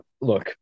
look